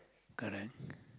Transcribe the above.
correct